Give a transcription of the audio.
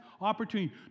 opportunity